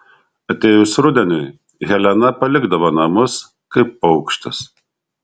atėjus rudeniui helena palikdavo namus kaip paukštis